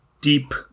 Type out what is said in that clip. deep